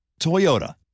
Toyota